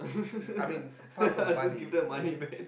I mean apart from money